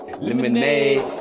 Lemonade